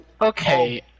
okay